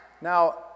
Now